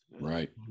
right